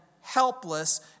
helpless